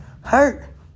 Hurt